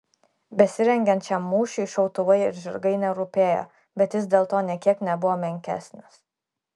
besirengiant šiam mūšiui šautuvai ir žirgai nerūpėjo bet jis dėl to nė kiek nebuvo menkesnis